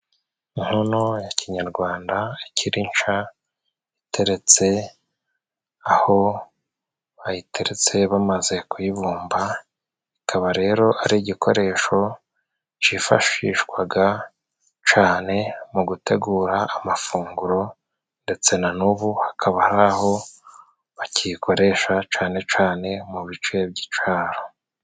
Inkono ya kinyarwanda ikiri nsha, iteretse aho bayiteretse bamaze kuyibumba. Ikaba rero ari igikoresho cifashishwaga cane mu gutegura amafunguro ndetse na n'ubu hakaba hariho bakiyikoresha, cane cane mu bice by'icaro.